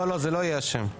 לא לא, זה לא יהיה השם.